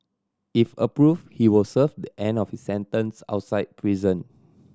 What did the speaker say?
if approve he will serve the end of his sentence outside prison